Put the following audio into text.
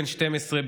בן 12,